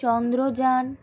Chandrayaan